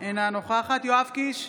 אינה נוכחת יואב קיש,